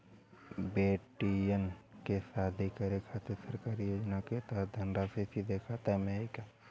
बेटियन के शादी करे के खातिर सरकारी योजना के तहत धनराशि सीधे खाता मे आई?